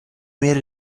made